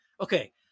okay